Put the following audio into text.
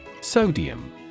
Sodium